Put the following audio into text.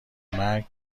مرگ